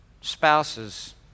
spouses